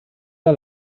der